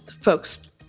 folks